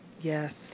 yes